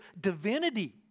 divinity